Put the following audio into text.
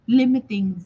limiting